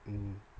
mm